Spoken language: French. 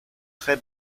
très